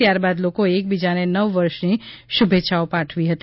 ત્યારબાદ લોકોએ એકબીજાને નવવર્ષની શૃભેચ્છાઓ પાઠવી હતી